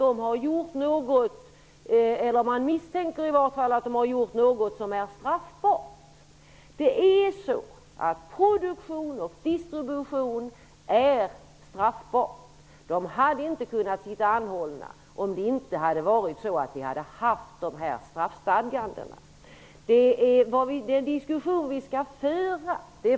De båda har gjort något, eller man misstänker åtminstone att de har gjort något, som är straffbart. Produktion och distribution är straffbart. Dessa människor hade inte kunnat sitta anhållna om de här straffstadgandena inte hade funnits.